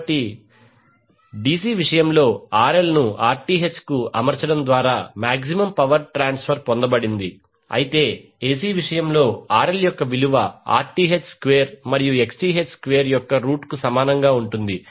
కాబట్టి dc విషయంలో RL ను Rth కి అమర్చడం ద్వారా మాక్సిమం పవర్ ట్రాన్స్ఫర్ పొందబడింది అయితే AC విషయంలో RL యొక్క విలువ Rth స్క్వేర్ మరియు Xth స్క్వేర్ యొక్క రూట్ కు సమానంగా ఉంటుంది